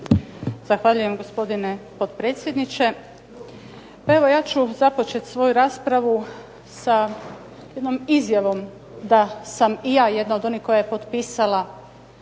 Zahvaljujem, gospodine potpredsjedniče. Pa evo, ja ću započeti svoju raspravu sa jednom izjavom da sam i ja jedna od onih koja je potpisala